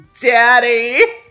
Daddy